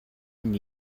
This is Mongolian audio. энэ